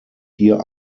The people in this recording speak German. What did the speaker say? hier